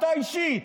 אתה אישית.